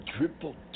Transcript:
Triple